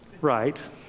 Right